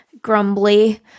grumbly